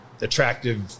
attractive